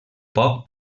poc